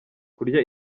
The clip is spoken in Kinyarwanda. kurya